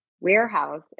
warehouse